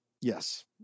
Yes